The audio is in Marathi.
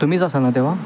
तुम्हीच असाल ना तेव्हा